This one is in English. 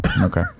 okay